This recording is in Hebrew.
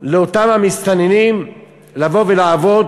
לאותם המסתננים לבוא ולעבוד,